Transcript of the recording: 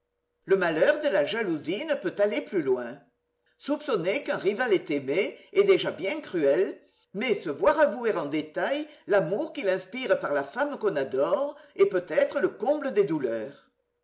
le malheur de la jalousie ne peut aller plus loin soupçonner qu'un rival est aimé est déjà bien cruel mais se voir avouer en détail l'amour qu'il inspire par là femme qu'on adore est peut-être le comble des douleurs